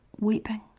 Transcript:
weeping